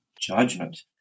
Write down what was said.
judgment